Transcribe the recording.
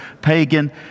pagan